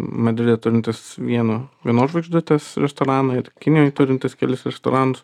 madride turintis vieną vienos žvaigždutės restoraną ir kinijoj turintis kelis restoranus